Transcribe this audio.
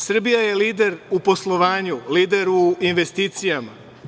Srbija je lider u poslovanju, lider u investicijama.